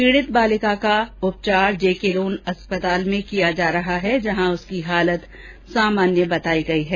पीड़ित बालिका का उपचार जेके लोन अस्पताल में किया जा रहा है जहां उसकी स्थिति सामान्य है